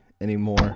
anymore